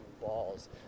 balls